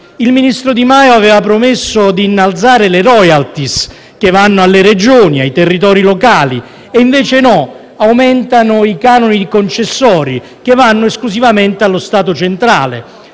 Il ministro Di Maio aveva promesso di innalzare le *royalty* che vanno alle Regioni e ai territori locali e invece no: aumentano i canoni concessori, che vanno esclusivamente allo Stato centrale,